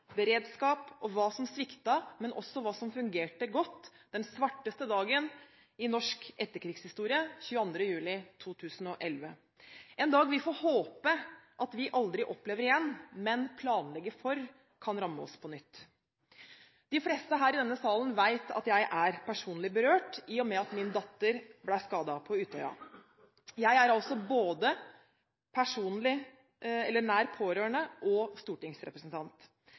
beredskap og hva som sviktet – men også hva som fungerte godt – den svarteste dagen i norsk etterkrigshistorie: 22. juli 2011 – en dag vi får håpe at vi aldri opplever igjen, men planlegger for at kan ramme oss på nytt. De fleste her i denne salen vet at jeg er personlig berørt, i og med at min datter ble skadet på Utøya. Jeg er altså både nær pårørende og stortingsrepresentant.